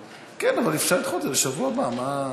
כן, אבל אפשר לדחות את זה לשבוע הבא, מה,